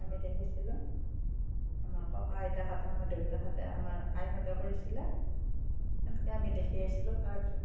আমি দেখিছিলোঁ আমাৰ ককা আইতাহঁতে আমাৰ দেউতাহঁতে আমাৰ আইহঁতে কৰিছিলে সেনেকৈ আমি দেখি আহিছিলোঁ তাৰপিছত